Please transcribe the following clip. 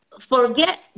forget